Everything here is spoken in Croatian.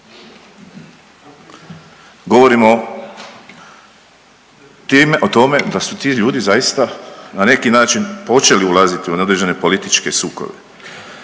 Govorimo o tome da su ti ljudi zaista na neki način počeli ulaziti u određene političke sukobe.